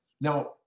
Now